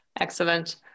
Excellent